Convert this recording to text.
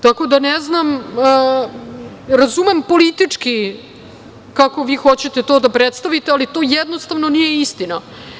Tako da ne znam, razumem politički kako vi hoćete to da predstavite, ali to jednostavno nije istina.